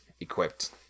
equipped